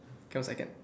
one second